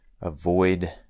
avoid